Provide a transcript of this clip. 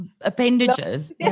appendages